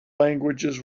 languages